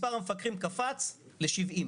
מספר המפקחים קפץ ל-70.